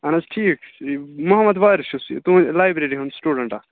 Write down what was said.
اَہَن حظ ٹھیٖک محمد وارِث چھُس تُہٕنٛدِ لایبرٔری ہُنٛد سٹوٗڈَنٛٹ اَکھ